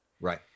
Right